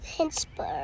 Pittsburgh